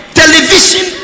television